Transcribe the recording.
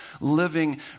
living